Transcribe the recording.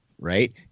right